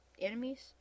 enemies